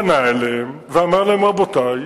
פנה אליהם ואמר להם: רבותי,